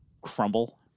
crumble